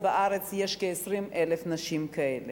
בארץ יש בסך הכול כ-20,000 נשים כאלה.